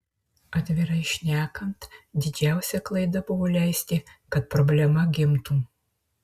atvirai šnekant didžiausia klaida buvo leisti kad problema gimtų